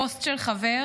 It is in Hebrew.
פוסט של חבר,